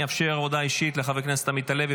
אני אאפשר הודעה אישית לחבר הכנסת עמית הלוי,